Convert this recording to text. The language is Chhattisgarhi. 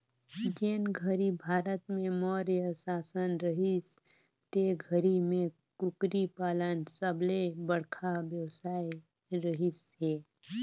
जेन घरी भारत में मौर्य सासन रहिस ते घरी में कुकरी पालन सबले बड़खा बेवसाय रहिस हे